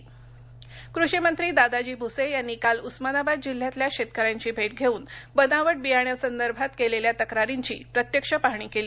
दादा भुसे कृषिमंत्री दादाजी भुसे यांनी काल उस्मानाबाद जिल्ह्यातल्या शेतकऱ्यांची भेट घेऊन बनावट बियाण्यांसंदर्भात केलेल्या तक्रारींची प्रत्यक्ष पाहणी केली